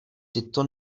tyto